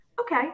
Okay